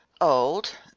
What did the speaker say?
old